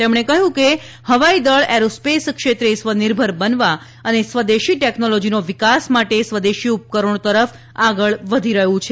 તેમણે કહ્યું કે હવાઈ દળ એરોસ્પેસ ક્ષેત્રે સ્વનિર્ભર બનવા અને સ્વદેશી ટેકનોલોજીના વિકાસ માટે સ્વદેશી ઉપકરણો તરફ આગળ વધી રહ્યું છે